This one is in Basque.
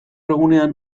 egunean